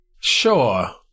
Sure